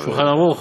"שולחן ערוך"?